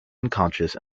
unconscious